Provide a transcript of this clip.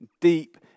deep